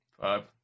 Five